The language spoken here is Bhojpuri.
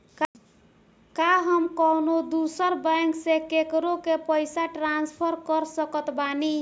का हम कउनों दूसर बैंक से केकरों के पइसा ट्रांसफर कर सकत बानी?